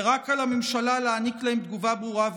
ורק על הממשלה להעניק להם תגובה ברורה ויעילה.